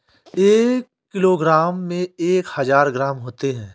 एक किलोग्राम में एक हजार ग्राम होते हैं